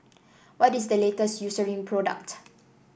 what is the Eucerin product